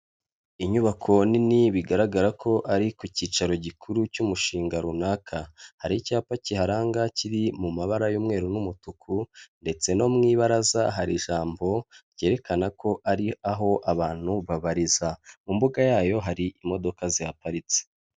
Inyubako nini bigaragara ko ari ku cyicaro gikuru cy'umushinga runaka, hari icyapa kiharanga kiri mu mabara y'umweru n'umutuku ndetse no mu ibaraza hari ijambo ryerekana ko ari aho abantu babaririza, mu mbuga yayo hari imodoka zihaparitse.